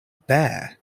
bare